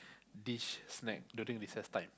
dish snack during recess time